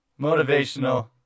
Motivational